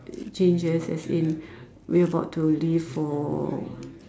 changes as in we were about to leave for